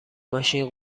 ماشین